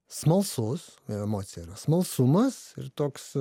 smalsus ir emocija yra smalsumas ir toks